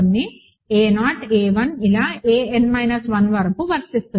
a n 1 వరకు వర్తిస్తుంది